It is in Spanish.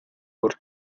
por